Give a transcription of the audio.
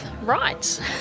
right